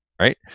right